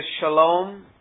shalom